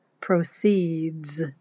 proceeds